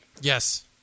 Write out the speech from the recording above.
Yes